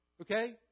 Okay